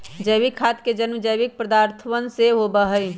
जैविक खाद के जन्म जैविक पदार्थवन से होबा हई